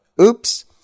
oops